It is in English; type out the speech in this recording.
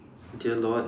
dear Lord